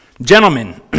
Gentlemen